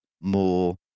more